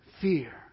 fear